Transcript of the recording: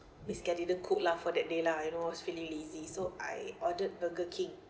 we scared didn't cook lah for that day lah you know I was feeling lazy so I ordered burger king